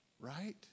right